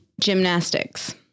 gymnastics